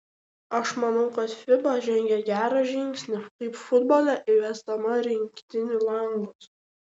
aš manau kad fiba žengė gerą žingsnį kaip futbole įvesdama rinktinių langus